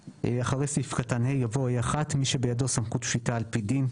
אחרי סעיף קטן (ה) יבוא: "(ה1) מי שבידו סמכות שפיטה על פי דין,